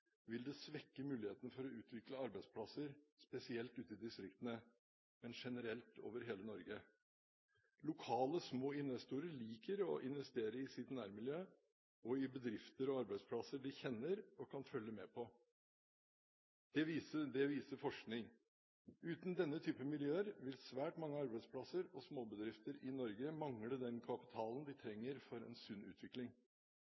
vil det svekke mulighetene for å utvikle arbeidsplasser – spesielt ute i distriktene, men generelt over hele Norge. Lokale små investorer liker å investere i sitt nærmiljø og i bedrifter og arbeidsplasser de kjenner og kan følge med på. Det viser forskning. Uten denne typen miljøer vil svært mange arbeidsplasser og småbedrifter i Norge mangle den kapitalen de